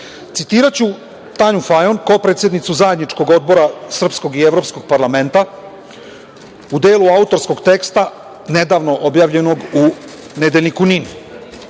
problem. Citiraću Tanju Fajon, kopredsednicu zajedničkog odbora srpskog i evropskog parlamenta, u delu autorskog teksta nedavno objavljenog u nedeljniku NIN: